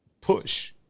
push